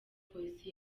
polisi